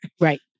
Right